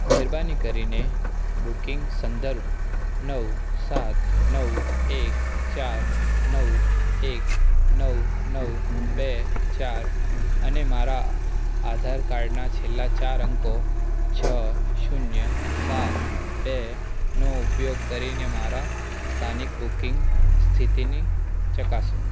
મહેરબાની કરીને બુકિંગ સંદર્ભ નવ સાત નવ એક ચાર નવ એક નવ નવ બે ચાર અને મારા આધાર કાર્ડના છેલ્લા ચાર અંકો છ શૂન્ય સાત બે નો ઉપયોગ કરીને મારા સ્થાનિક બુકિંગ સ્થિતિની ચકાસો